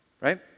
Right